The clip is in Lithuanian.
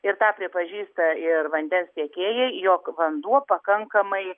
ir tą pripažįsta ir vandens tiekėjai jog vanduo pakankamai